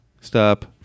stop